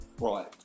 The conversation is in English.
Right